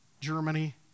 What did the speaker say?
Germany